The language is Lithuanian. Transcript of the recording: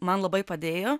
man labai padėjo